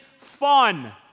fun